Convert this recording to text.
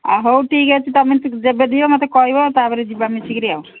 ହଉ ଠିକ୍ ଅଛି ତୁମେ ଯେବେ ଦିଅ ମୋତେ କହିବ ତା'ପରେ ଯିବା ମିଶି କରି ଆଉ